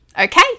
Okay